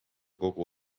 kogu